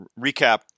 recap